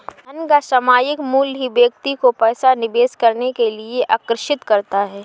धन का सामायिक मूल्य ही व्यक्ति को पैसा निवेश करने के लिए आर्कषित करता है